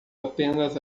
apenas